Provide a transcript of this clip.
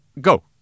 go